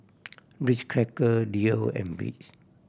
Ritz Cracker Leo and Beats